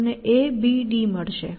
તમે A B D મળશે